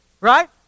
Right